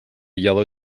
yellow